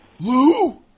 Lou